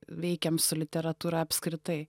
veikėm su literatūra apskritai